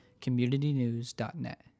communitynews.net